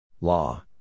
law